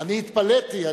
אני התפלאתי.